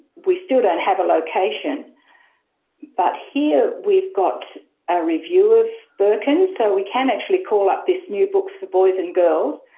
we still don't have a location but here we've got a review of birkin. so we can actually call up this new books for boys and girls.